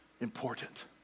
important